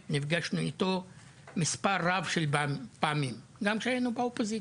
נפגשנו אתו מספר רב של פעמים גם כשהיינו באופוזיציה.